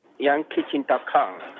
youngkitchen.com